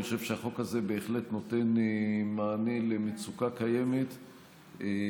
אני חושב שהחוק הזה בהחלט נותן מענה על מצוקה קיימת ומקל